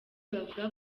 bavuga